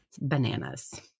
Bananas